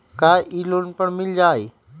का इ लोन पर मिल जाइ?